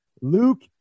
Luke